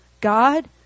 God